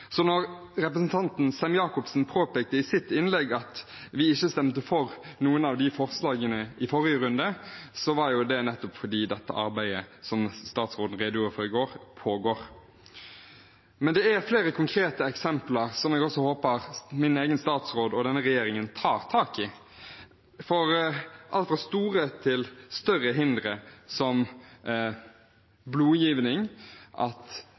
Representanten Sem-Jacobsen påpekte i sitt innlegg at vi ikke stemte for noen av de forslagene i forrige runde. Det var nettopp fordi dette arbeidet, som statsråden redegjorde for i går, pågår. Men det er flere konkrete eksempler som jeg også håper min egen statsråd og denne regjeringen tar tak i, alt fra store til større hindre – som blodgivning; at